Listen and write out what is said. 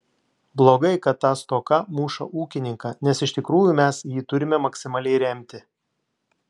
blogai kai ta stoka muša ūkininką nes iš tikrųjų mes jį turime maksimaliai remti